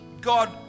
God